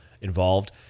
involved